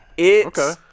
Okay